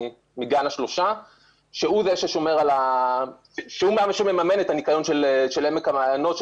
מגן השלושה שהוא זה שמממן את הניקיון של עמק המעיינות,